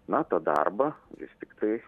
na tą darbą vis tiktai